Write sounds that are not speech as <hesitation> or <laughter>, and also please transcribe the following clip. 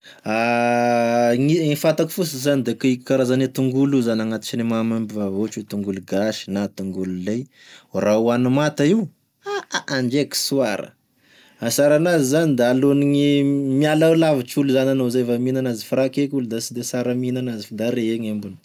<hesitation> Gne fantako fosiny zany da k- e karazany tongolo io agnatisany maha membo vava, ohatry hoe tongolo gasy zany na tongolo lay raha hohany manta io ha ndreky sy ohara mahasara anazy zany da alohany gne mialao lavitry olo zany anao raha mihina anzy fa raha akeky olo da sy de sara mihina enazy fda ré gn'embony.